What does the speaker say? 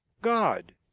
god.